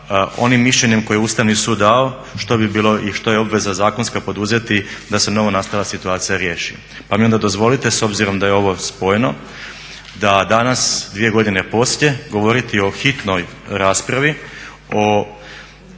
onim mišljenjem koje je Ustavni sud dao što bi bilo i što je obveza zakonska poduzeti da se novonastala situacija riješi. Pa mi onda dozvolite s obzirom da je ovo spojeno da danas 2 godine poslije govoriti o hitnoj raspravi, o